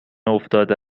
افتاده